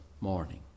morning